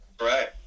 Right